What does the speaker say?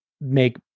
make